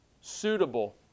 Suitable